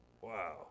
Wow